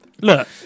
Look